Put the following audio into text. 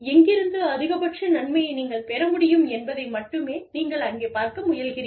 எங்கிருந்து அதிகபட்ச நன்மையை நீங்கள் பெற முடியும் என்பதை மட்டுமே நீங்கள் அங்கே பார்க்க முயல்கிறீர்கள்